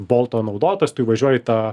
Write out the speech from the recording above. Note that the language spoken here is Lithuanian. bolto naudotojas tu įvažiuoji į tą